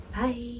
bye